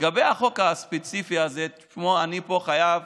לגבי החוק הספציפי הזה, תשמעו, אני פה חייב